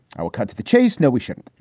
will cut to the chase. no, we shouldn't.